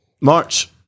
march